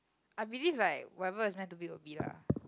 I believe like whatever it's meant to be will be lah